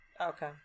Okay